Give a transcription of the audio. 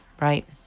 right